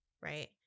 right